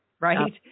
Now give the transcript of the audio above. Right